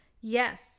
Yes